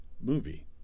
movie